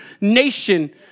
nation